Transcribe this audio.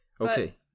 Okay